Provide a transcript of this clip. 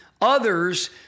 others